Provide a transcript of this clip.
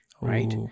right